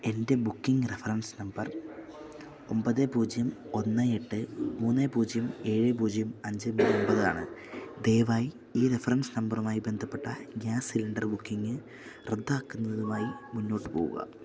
എൻ്റെ booking reference number ഒമ്പത് പൂജ്യം ഒന്ന് എട്ട് മൂന്ന് പൂജ്യം ഏഴ് പൂജ്യം അഞ്ച് മൂന്ന് ഒമ്പതാണ് ദയവായി ഈ റഫറൻസ് നമ്പറുമായി ബന്ധപ്പെട്ട ഗ്യാസ് സിലിണ്ടർ ബുക്കിംഗ് റദ്ദാക്കുന്നതുമായി മുന്നോട്ടു പോവുക